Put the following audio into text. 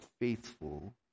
faithful